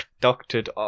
Doctored